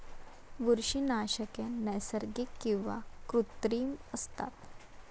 बुरशीनाशके नैसर्गिक किंवा कृत्रिम असतात